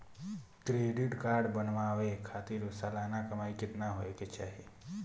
Credit card बनवावे खातिर सालाना कमाई कितना होए के चाही?